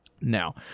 Now